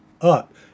up